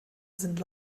sind